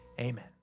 amen